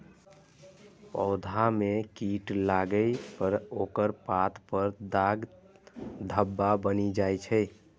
पौधा मे कीट लागै पर ओकर पात पर दाग धब्बा बनि जाइ छै